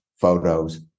photos